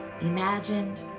imagined